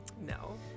No